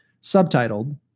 subtitled